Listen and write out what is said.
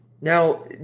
Now